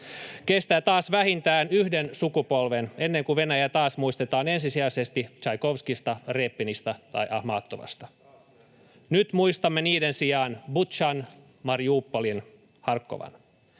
Kestää taas vähintään yhden sukupolven, ennen kuin Venäjä taas muistetaan ensisijaisesti Tšaikovskista, Repinistä tai Ahmatovasta. Nyt muistamme niiden sijaan Butšan, Mariupolin ja Harkovan.